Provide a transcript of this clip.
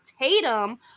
Tatum